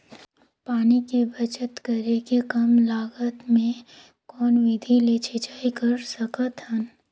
पानी के बचत करेके कम लागत मे कौन विधि ले सिंचाई कर सकत हन?